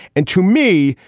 and to me,